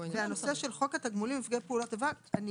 ובנושא של חוק התגמולים (נפגעי פעולות איבה) אני